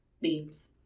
beans